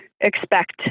expect